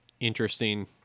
interesting